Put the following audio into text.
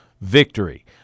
victory